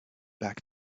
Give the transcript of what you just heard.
back